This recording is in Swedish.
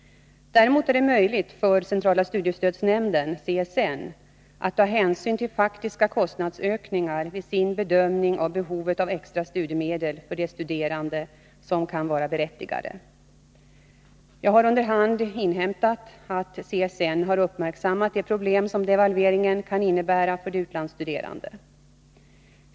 Däremot är det möjligt för centrala studiestödsnämnden att ta hänsyn till faktiska kostnadsökningar vid sin bedömning av behovet av extra studiemedel för de studerande som kan vara berättigade härtill. Jag har under hand inhämtat att CSN har uppmärksammat de problem som devalveringen kan innebära för utlandsstuderande.